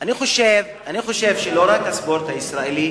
אני חושב שלא רק הספורט הישראלי